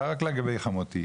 לא רק לגבי חמותי,